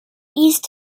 east